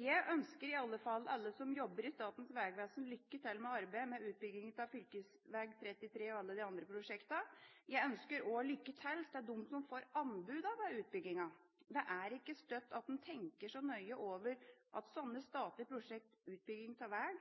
Jeg ønsker i alle fall alle som jobber i Statens vegvesen, lykke til med arbeidet med utbyggingen av fv. 33 og alle de andre prosjektene. Jeg ønsker også lykke til til dem som får anbudene ved utbyggingen. Det er ikke alltid en tenker så nøye over at slike statlige prosjekt som utbygging av veg,